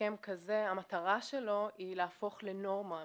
הסכם כזה מטרתו היא להפוך לנורמה בינלאומית.